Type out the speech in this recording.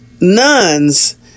nuns